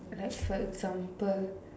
like for example